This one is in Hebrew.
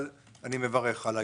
אבל אני מברך על התקנות.